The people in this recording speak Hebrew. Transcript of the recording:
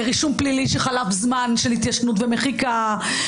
רישום פלילי שחלף זמן התיישנות ומחיקה,